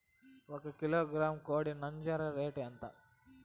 ఒక కిలోగ్రాము కోడి నంజర రేటు ఎంత?